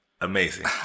amazing